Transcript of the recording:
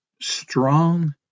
strong